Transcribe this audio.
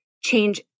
change